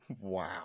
Wow